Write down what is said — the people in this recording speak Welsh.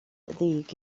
ddig